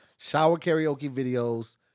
ShowerKaraokeVideos